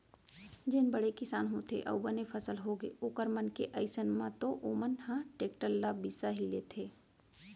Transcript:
जेन बड़े किसान होथे अउ बने फसल होगे ओखर मन के अइसन म तो ओमन ह टेक्टर ल बिसा ही लेथे